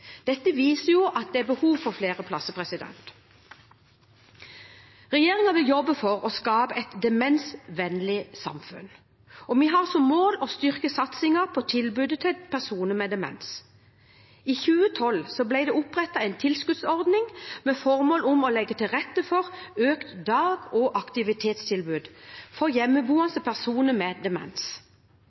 Dette viser at det er behov for flere plasser. Regjeringen vil jobbe for å skape et demensvennlig samfunn, og vi har som mål å styrke satsingen på tilbudet til personer med demens. I 2012 ble det opprettet en tilskuddsordning med formål å legge til rette for økt dag- og aktivitetstilbud for hjemmeboende personer med demens.